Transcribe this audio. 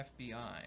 FBI